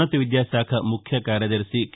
ఉన్నత విద్యాశాఖ ముఖ్య కార్యదర్భి కె